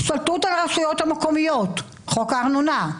השתלטות על רשויות מקומיות, חוק הארנונה.